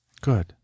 Good